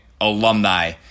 alumni